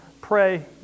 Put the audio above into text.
pray